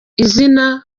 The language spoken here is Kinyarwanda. izina